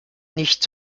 nicht